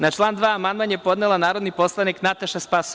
Na član 2. amandman je podnela narodni poslanik Nataša Sp.